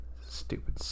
Stupid